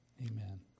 Amen